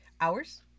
hours